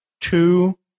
two